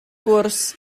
gwrs